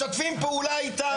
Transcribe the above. משתפים פעולה אתם,